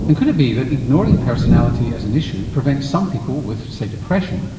and could it be that ignoring personality as an issue prevents some people with, say, depression,